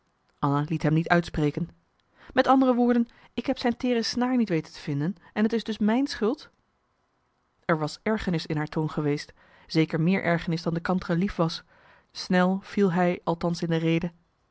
anna liet hem niet uistpreken met andere woorden ik heb zijn teere snaar niet weten te vinden en t is dus mijn schuld er was ergernis in haar toon geweest zeker meer ergernis dan de kantere lief was snel viel hij althans in de rede